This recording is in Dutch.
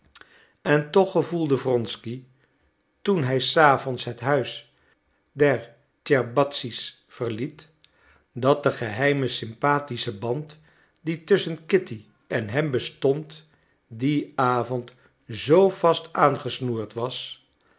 en toch gevoelde wronsky toen hij s avonds het huis der tscherbatzky's verliet dat de geheime sympathische band die tusschen kitty en hem bestond dien avond zoo vast aangesnoerd was